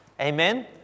Amen